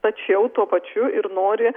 tačiau tuo pačiu ir nori